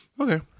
Okay